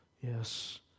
Yes